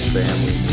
family